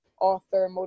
author